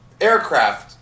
aircraft